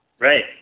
Right